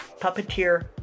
Puppeteer